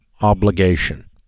obligation